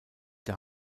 der